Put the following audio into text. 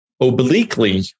obliquely